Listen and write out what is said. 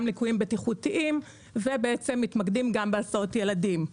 ליקויים בטיחותיים ומתמקדים גם בהסעות ילדים.